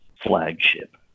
flagship